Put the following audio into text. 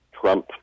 Trump